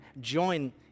join